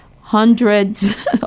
hundreds